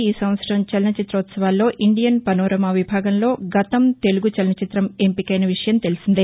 ఈ సంవత్సరం చలనచితోత్సవాల్లో ఇండియన్ పనోరమా విభాగంలో గతం తెలుగు చలనచిత్రం ఎంపికైన విషయం తెలిసిందే